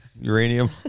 Uranium